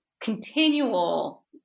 continual